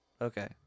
Okay